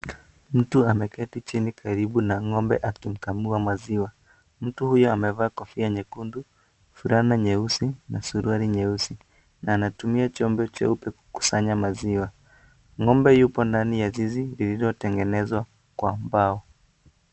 Mtu ameketi chini karibu na ng'ombe akimkamua maziwa. Mtu huyo amevaa kofia nyekundu, fulana nyeusi na suruali nyeusi na anatumia chombo jeupe kusanya maziwa. Ng'ombe yupo ndani ya zizi lililotengenezwa kwa mbao.